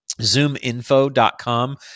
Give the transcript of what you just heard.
zoominfo.com